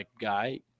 guy